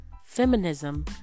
feminism